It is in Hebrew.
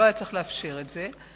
אני חושבת שלא היה צריך לאפשר את זה,